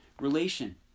relation